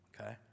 okay